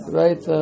right